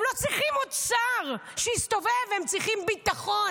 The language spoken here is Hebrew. הם לא צריכים עוד שר שיסתובב, הם צריכים ביטחון.